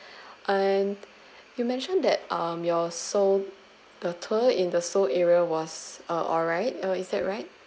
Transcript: and you mentioned that um your seoul the tour in the seoul area was uh alright uh is that right